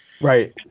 Right